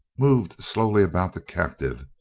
moved slowly about the captive,